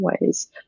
ways